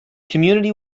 community